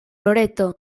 loreto